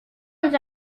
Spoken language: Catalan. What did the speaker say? ens